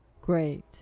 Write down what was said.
Great